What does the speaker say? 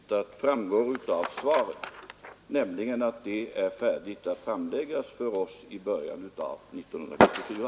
Herr talman! Det framgår av svaret vilka upplysningar jag har inhämtat, nämligen att betänkandet är färdigt att framläggas för oss i början av 1974.